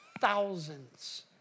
thousands